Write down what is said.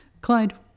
Clyde